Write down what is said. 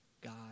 God